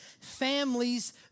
families